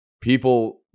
People